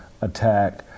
attack